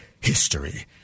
history